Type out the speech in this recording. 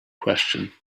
question